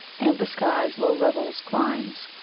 and the sky's low levels climbs.